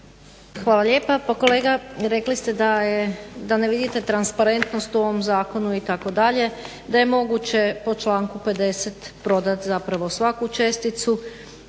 Hvala lijepa. Pa kolega rekli ste da ne vidite transparentnost u ovom zakonu itd. da je moguće po članku 50.prodati zapravo svaku česticu